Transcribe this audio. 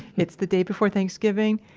it's the day before thanksgiving,